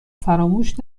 فراموش